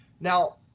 now,